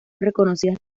reconocidas